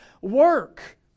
work